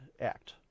Act